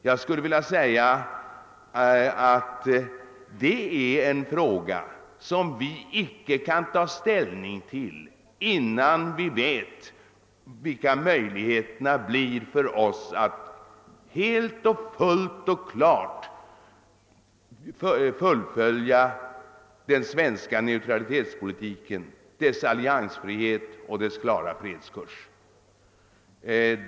Jag menar att det är en fråga som vi icke kan ta ställning till, innan vi vet vilka möjligheter vi får att helt och fullt och klart fullfölja den svenska neutralitetspolitiken med dess alliansfrihet och dess klara fredskurs.